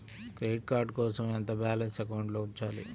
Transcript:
Credit card కోసం ఎంత balance అకౌంట్లో ఉంచాలి?